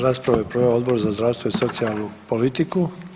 Raspravu je proveo Odbor za zdravstvo i socijalnu politiku.